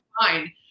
fine